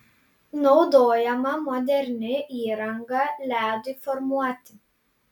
naudojama moderni įranga ledui formuoti